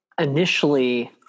initially